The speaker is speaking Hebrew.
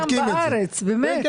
לקחת מלון גם בארץ, באמת.